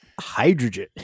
hydrogen